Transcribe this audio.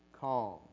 calm